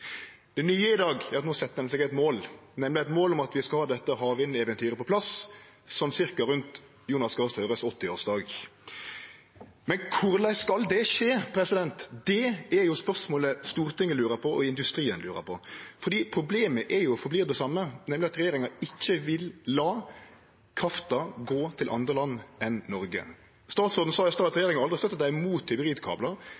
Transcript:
Det nye i dag er at ein no set seg eit mål, nemleg eit mål om at vi skal ha dette havvindeventyret på plass ca. rundt 80-årsdagen til Jonas Gahr Støre. Men korleis skal det skje? Det er det Stortinget og industrien lurer på. Problemet er og vert det same: Regjeringa vil ikkje la krafta gå til andre land enn Noreg. Statsråden sa i stad at